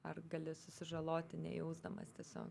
ar gali susižaloti nejausdamas tiesiog